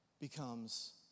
becomes